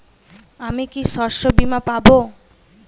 আমি কি শষ্যবীমা পাব?